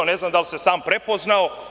Ne znam da li se sam prepoznao.